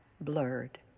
blurred